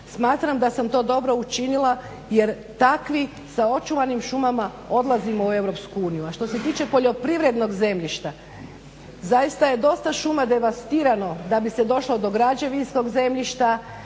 smatram da sam to dobro učinila jer takvi sa očuvanim šumama odlazimo u EU. A što se tiče poljoprivrednog zemljišta zaista je dosta šuma devastirano da bi se došlo do građevinskog zemljišta,